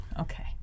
Okay